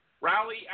rally